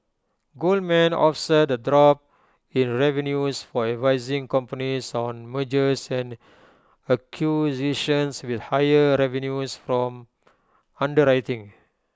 Goldman offset A drop in revenues for advising companies on mergers and acquisitions with higher revenues from underwriting